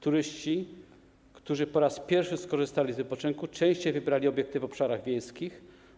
Turyści, którzy po raz pierwszy skorzystali z wypoczynku, częściej wybierali obiekty na obszarach wiejskich.